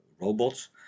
robots